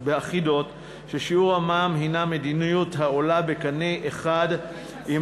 אחידות שיעור המע"מ עולה בקנה אחד עם